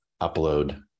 upload